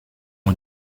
ont